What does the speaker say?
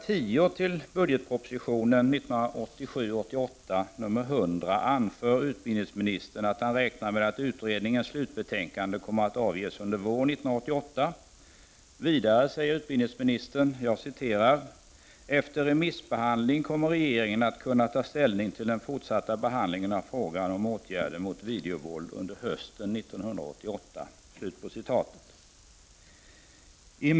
10 till budgetproposition 1987/88:100 anför utbildningsministern att han räknar med att utredningens slutbetänkande kommer att avges under våren 1988. Vidare säger utbildningsministern: ”Efter remissbehandling kommer regeringen att kunna ta ställning till den fortsatta behandlingen av frågan om åtgärder mot videovåld under hösten 1988”. åtgärder.